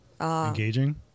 Engaging